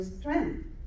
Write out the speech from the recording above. strength